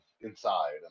inside